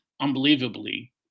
unbelievably